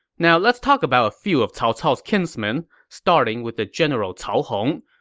now let's talk about a few of cao cao's kinsmen, starting with the general cao hong.